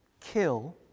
kill